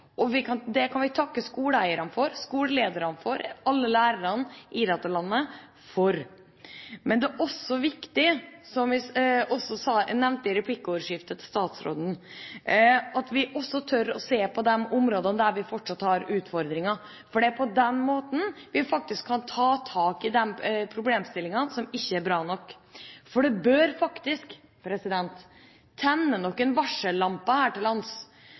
resultater. Det kan vi takke skoleeierne, skolelederne og alle lærerne i dette landet for. Men det er også viktig, som jeg nevnte i en replikk til statsråden, at vi tør å se på de områdene der vi fortsatt har utfordringer, for det er på den måten vi faktisk kan ta tak i problemstillingene. Det bør faktisk tennes noen varsellamper her til lands